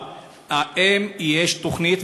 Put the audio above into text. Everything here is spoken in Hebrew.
אבל האם יש תוכנית,